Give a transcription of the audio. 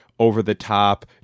over-the-top